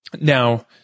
now